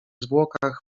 zwłokach